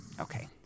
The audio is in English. Okay